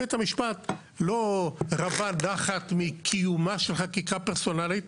בית המשפט לא רווה נחת מקיומה של חקיקה פרסונלית,